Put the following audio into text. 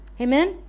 Amen